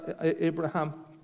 Abraham